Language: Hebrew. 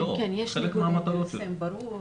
כן, יש ניגוד אינטרסים ברור.